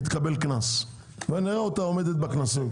היא תקבל קנס, ונראה אותה עומדת בקנסות.